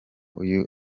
uyu